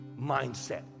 mindset